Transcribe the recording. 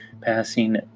passing